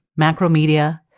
Macromedia